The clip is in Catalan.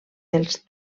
dels